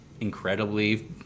incredibly